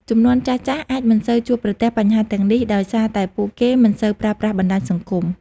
ជំនាន់ចាស់ៗអាចមិនសូវជួបប្រទះបញ្ហាទាំងនេះដោយសារតែពួកគេមិនសូវប្រើប្រាស់បណ្តាញសង្គម។